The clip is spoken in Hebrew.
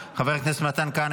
חבר הכנסת מתן כהנא,